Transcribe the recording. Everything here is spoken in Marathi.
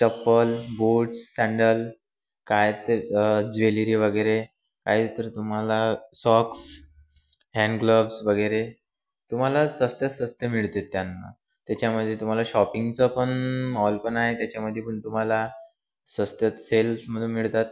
चप्पल बूट्स सँडल कायते ज्वेलेरी वगैरे कायतर तुम्हाला सॉक्स हॅन्डग्लव्स वगैरे तुम्हाला स्वस्तात स्वस्त मिळते त्यांना त्याच्यामध्ये तुम्हाला शॉपिंगचं पण मॉल पण आहे त्याच्यामध्ये पण तुम्हाला स्वस्तात सेल्समधून मिळतात